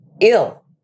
ill